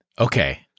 Okay